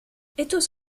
estos